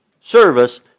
service